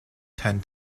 tend